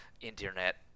internet